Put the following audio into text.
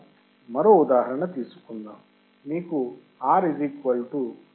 మనం మరో ఉదాహరణ తీసుకుందాం మీకు R 3